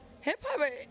hip-hop